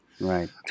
Right